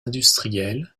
industriels